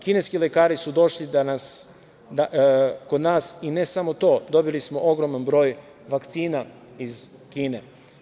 Kineski lekari su došli kod nas i ne samo to, dobili smo ogroman broj vakcina iz Kine.